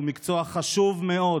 ומקצוע חשוב מאוד,